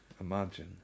imagine